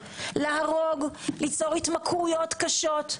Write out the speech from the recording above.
ליצור התמכרויות קשות.